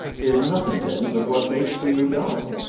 there's nothing then but what makes for your going.